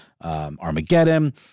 Armageddon